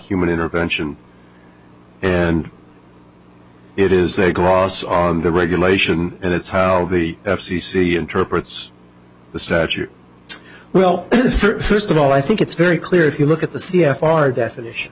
human intervention and it is a cross on the regulation and it's how the f c c interprets the statute well first of all i think it's very clear if you look at the c f r definition